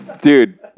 dude